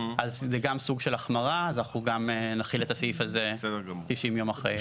זה גם סוג של החמרה אז נחיל את הסעיף הזה 120 יום אחרי.